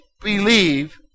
believe